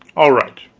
all right,